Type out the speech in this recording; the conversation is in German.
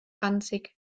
ranzig